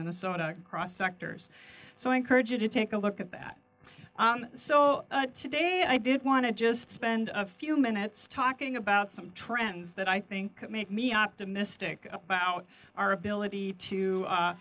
minnesota cross sectors so i encourage you to take a look at that so today i did want to just spend a few minutes talking about some trends that i think make me optimistic about our ability to